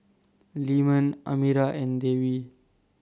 Leman Amirah and Dewi